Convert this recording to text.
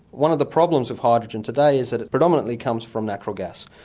one of the problems of hydrogen today is that it predominantly comes from natural gas.